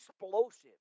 explosive